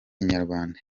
inyarwanda